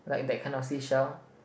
like that kind of seashell